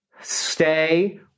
Stay